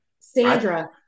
Sandra